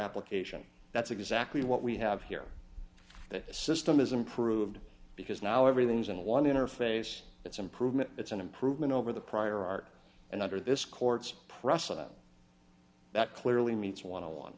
application that's exactly what we have here the system is improved because now everything's in one interface it's improvement it's an improvement over the prior art and under this court's precedent that clearly meets want to one